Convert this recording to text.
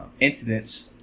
incidents